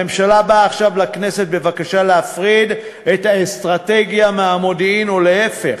הממשלה באה עכשיו לכנסת בבקשה להפריד את האסטרטגיה מהמודיעין ולהפך,